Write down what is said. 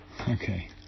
Okay